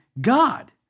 God